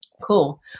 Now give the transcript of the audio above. Cool